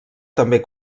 també